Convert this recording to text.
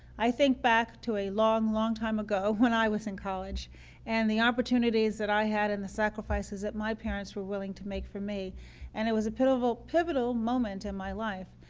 i think back to a long, long time ago when i was in college and the opportunities that i had and the sacrifices that my parents were willing to make for me and it was a pivotal pivotal moment in my life.